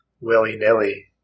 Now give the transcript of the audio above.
willy-nilly